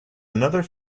another